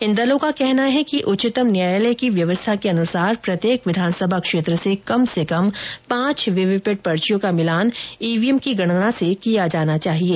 इन दलों का कहना है कि उच्चतम न्यायालय की व्यवस्था के अनुसार प्रत्येक विधानसभा क्षेत्र से कम से कम पांच वीवीपैट पर्चियों का मिलान ईवीएम की गणना से किया जाना चाहिये